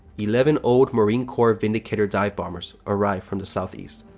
eleven old marine corps vindicator dive-bombers arrived from the southeast.